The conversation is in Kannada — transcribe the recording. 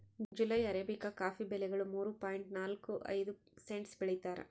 ಜುಲೈ ಅರೇಬಿಕಾ ಕಾಫಿ ಬೆಲೆಗಳು ಮೂರು ಪಾಯಿಂಟ್ ನಾಲ್ಕು ಐದು ಸೆಂಟ್ಸ್ ಬೆಳೀತಾರ